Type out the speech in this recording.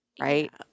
right